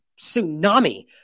tsunami